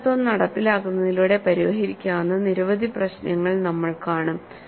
ഈ തത്ത്വം നടപ്പിലാക്കുന്നതിലൂടെ പരിഹരിക്കാവുന്ന നിരവധി പ്രശ്നങ്ങൾ നമ്മൾ കാണും